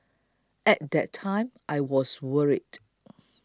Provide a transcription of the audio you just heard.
at that time I was worried